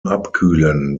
abkühlen